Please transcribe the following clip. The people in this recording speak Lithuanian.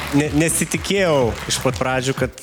ne nesitikėjau iš pat pradžių kad